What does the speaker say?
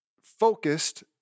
focused